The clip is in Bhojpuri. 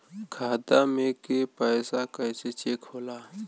खाता में के पैसा कैसे चेक होला?